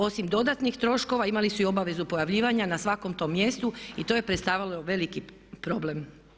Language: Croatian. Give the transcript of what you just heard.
Osim dodatnih troškova imali su i obavezu pojavljivanja na svakom tom mjestu i to je predstavljalo veliki problem.